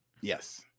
yes